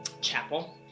chapel